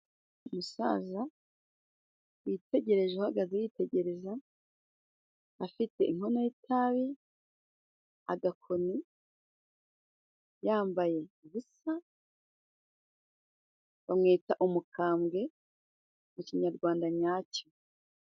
Umusaza witegereje uhagaze yitegereza, afite inkono y'itabi agakoni yambaye ubusa, bamwita umukambwe mu kinyarwanda nyacyo.